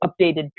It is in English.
updated